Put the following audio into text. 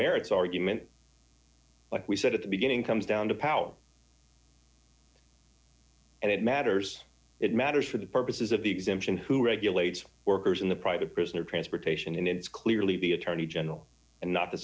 merits argument what we said at the beginning comes down to power and it matters it matters for the purposes of the exemption who regulates workers in the private prisoner transportation it's clearly the attorney general and not the